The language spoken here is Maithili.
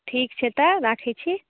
ठीक छै तऽ राखै छी